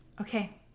Okay